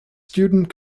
student